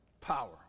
power